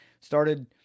started